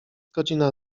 godzina